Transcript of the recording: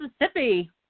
Mississippi